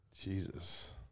Jesus